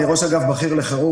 בכיר לחירום,